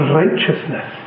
righteousness